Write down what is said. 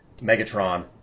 Megatron